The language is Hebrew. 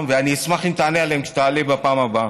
ואני אשמח אם תענה עליהן כשתעלה בפעם הבאה.